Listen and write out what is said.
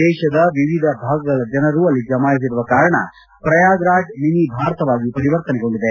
ದೇಶದ ವಿವಿಧ ಭಾಗಗಳ ಜನರು ಅಲ್ಲಿ ಜಮಾಯಿಸಿರುವ ಕಾರಣ ಪ್ರಯಾಗ್ರಾಜ್ ಮಿನಿ ಭಾರತವಾಗಿ ಪರಿವರ್ತನೆಗೊಂಡಿದೆ